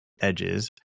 edges